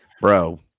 bro